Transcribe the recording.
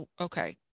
okay